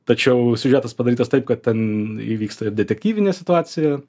tačiau siužetas padarytas taip kad ten įvyksta ir detektyvinė situacija